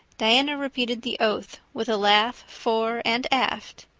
diana repeated the oath with a laugh fore and aft.